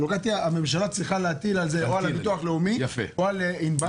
הממשלה צריכה להטיל את זה או על הביטוח הלאומי או על ---.